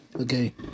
Okay